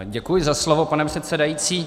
Děkuji za slovo, pane předsedající.